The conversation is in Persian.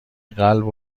قلب